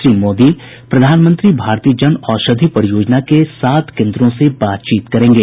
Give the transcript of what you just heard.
श्री मोदी प्रधानमंत्री भारतीय जन औषधि परियोजना के सात केन्द्रों से बातचीत करेंगे